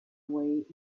way